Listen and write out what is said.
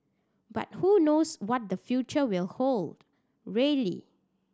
but who knows what the future will hold really